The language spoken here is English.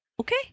okay